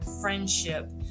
friendship